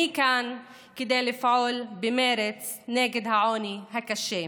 אני כאן כדי לפעול במרץ נגד העוני הקשה.